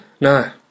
no